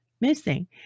missing